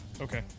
Okay